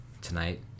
tonight